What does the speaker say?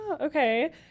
Okay